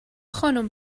خانم